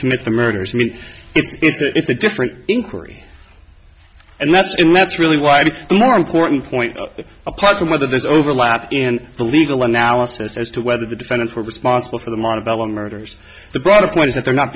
commit the murders i mean it's a different inquiry and that's and that's really why i'm more important point apart from whether there's overlap in the legal analysis as to whether the defendants were responsible for the monica long murders the broader point is that they're not